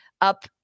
up